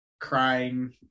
crying